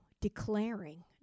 declaring